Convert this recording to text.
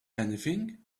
anything